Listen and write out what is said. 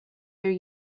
their